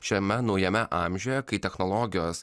šiame naujame amžiuje kai technologijos